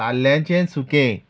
ताल्ल्याचें सुकें